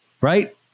Right